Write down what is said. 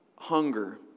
Hunger